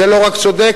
זה לא רק צודק,